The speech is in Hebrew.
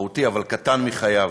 מהותי, אבל קטן, מחייו.